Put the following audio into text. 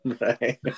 Right